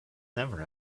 never